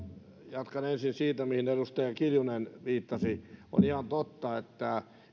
jatkan ensin siitä mihin edustaja kiljunen viittasi on ihan totta että